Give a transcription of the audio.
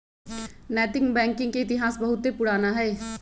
नैतिक बैंकिंग के इतिहास बहुते पुरान हइ